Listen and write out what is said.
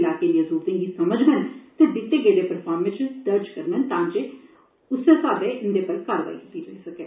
इलाके दिएं जरूरतें गी समझन ते दित्ते गेदे फरफार्मे च दर्ज करगन तां जे उस्सै साब्लै इंदे पर कारवाई कीती जाई सकै